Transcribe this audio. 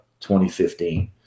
2015